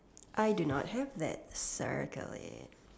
I do not have that circle it